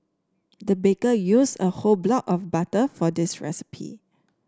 the baker used a whole block of butter for this recipe